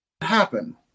happen